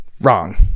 wrong